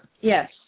Yes